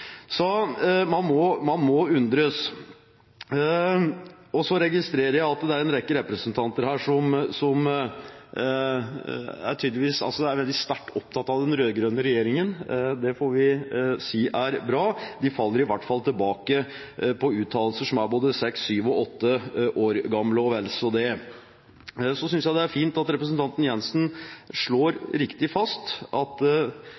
Man må undres. Jeg registrerer at det er en rekke representanter som er sterkt opptatt av den rød-grønne regjeringen. Det får vi si er bra. De faller i hvert fall tilbake på uttalelser som er både seks, syv og åtte år gamle, og vel så det. Jeg synes det er fint at representanten Jenssen slår riktig fast at